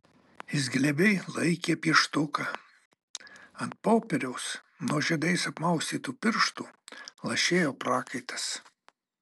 jis glebiai laikė pieštuką ant popieriaus nuo žiedais apmaustytų pirštų lašėjo prakaitas